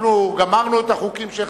אנחנו גמרנו את החוקים שלך,